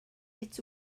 its